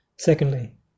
Secondly